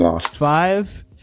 five